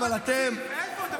איפה?